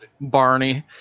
Barney